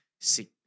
seek